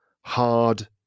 hard